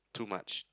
too much